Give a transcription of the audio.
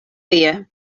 tie